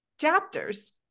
chapters